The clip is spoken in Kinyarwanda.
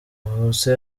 avutse